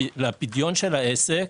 לפדיון של העסק,